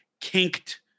kinked